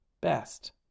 best